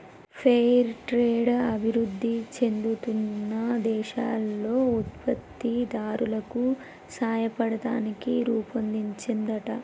fair trade అభివృధి చెందుతున్న దేశాల్లో ఉత్పత్తి దారులకు సాయపడతానికి రుపొన్దించిందంట